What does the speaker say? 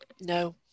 No